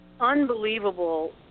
unbelievable